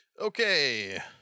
Okay